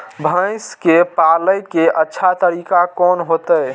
भैंस के पाले के अच्छा तरीका कोन होते?